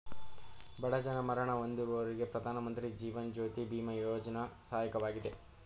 ಬಡ ಜನ ಮರಣ ಹೊಂದಿದವರಿಗೆ ಪ್ರಧಾನಮಂತ್ರಿ ಜೀವನ್ ಜ್ಯೋತಿ ಬಿಮಾ ಯೋಜ್ನ ಸಹಾಯಕವಾಗಿದೆ